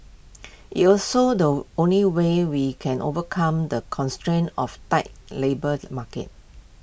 IT also the only way we can overcome the constraints of tight labour market